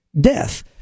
death